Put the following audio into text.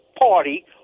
Party